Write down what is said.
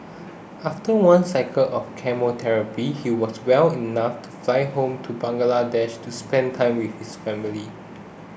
after one cycle of chemotherapy he was well enough to fly home to Bangladesh to spend time with his family